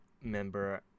member